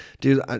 Dude